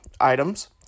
items